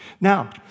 Now